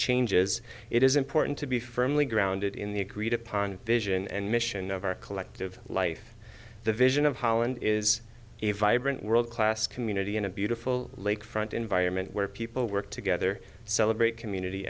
changes it is important to be firmly grounded in the agreed upon vision and mission of our collective life the vision of holland is a vibrant world class community in a beautiful lakefront environment where people work together celebrate community